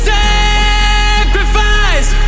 sacrifice